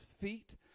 feet